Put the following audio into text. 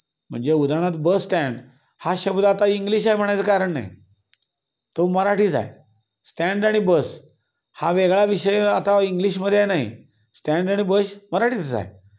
म्हणजे उदाहरणार्थ bus stand हा शब्द आता इंग्लिश आहे म्हणायचं कारण नाही तो मराठीच आहे स्टँड आणि बस हा वेगळा विषय आता इंग्लिशमध्ये नाही स्टँड आणि बस मराठीच आहे